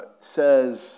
says